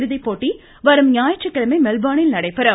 இறுதிபோட்டி வரும் ஞாயிற்றுக்கிழமை மெல்போர்னில் நடைபெறும்